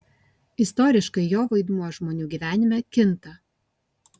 istoriškai jo vaidmuo žmonių gyvenime kinta